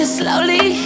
slowly